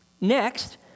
Next